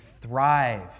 thrive